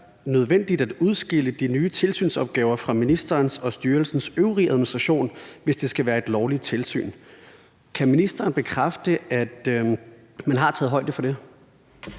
Kan ministeren bekræfte, at man har taget højde for det?